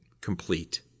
complete